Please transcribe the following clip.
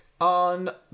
On